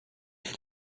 ich